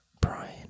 Brian